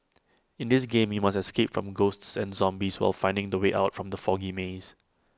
in this game you must escape from ghosts and zombies while finding the way out from the foggy maze